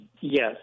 Yes